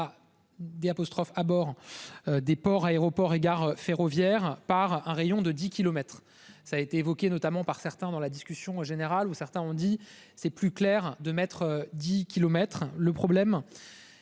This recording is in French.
À D apostrophe à bord. Des ports, aéroports et gares ferroviaires par un rayon de 10 kilomètres. Ça a été évoquée, notamment par certains dans la discussion générale où certains ont dit c'est plus clair de mettre 10 kilomètres le problème.